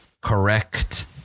Correct